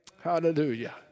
Hallelujah